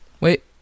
Wait